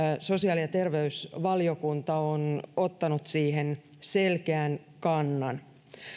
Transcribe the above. sosiaali ja terveysvaliokunta on ottanut siihen selkeän kannan